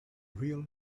real